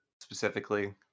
specifically